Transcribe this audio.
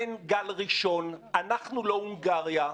אין גל ראשון, אנחנו לא הונגריה.